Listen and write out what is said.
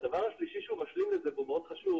הדבר השלישי שמשלים לזה והוא מאוד חשוב